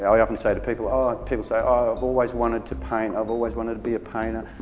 i often say to people, ah people say i've always wanted to paint, i've always wanted to be a painter.